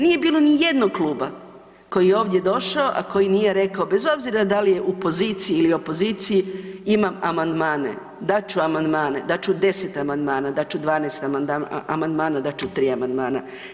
Nije bilo nijednog kluba koji je ovdje došao a koji nije rekao bez obzira da li je u poziciji ili opoziciji, imam amandmane, dat ću amandmane, dat ću 10 amandmana, dat ću 12 amandman, dat ću 3 amandmana.